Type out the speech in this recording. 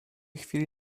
chwili